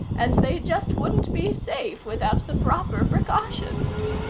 and they just wouldn't be safe without the proper precautions.